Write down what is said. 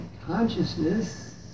Consciousness